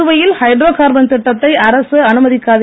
புதுவையில் hydrocarbon திட்டத்தை அரசு அனுமதிக்காது